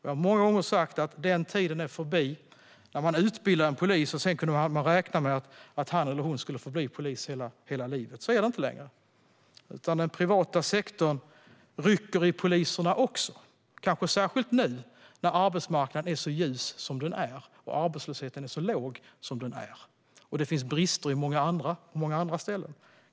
Jag har många gånger sagt att den tiden är förbi när man utbildade en polis och sedan kunde räkna med att han eller hon skulle förbli det hela livet. Så är det inte längre. Den privata sektorn rycker i poliserna, kanske särskilt nu när arbetsmarknaden är så ljus och arbetslösheten är så låg som den är och det finns brister på många andra ställen.